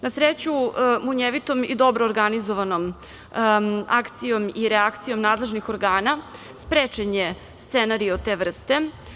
Na sreću, munjevitom i dobro organizovanom akcijom i reakcijom nadležnih organa sprečen je scenario te vrste.